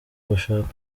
gushaka